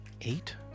eight